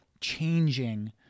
changing